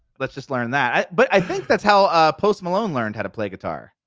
let's just learn that, but i think that's how post malone learned how to play guitar.